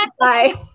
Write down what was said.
Bye